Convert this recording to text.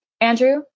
Andrew